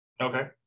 Okay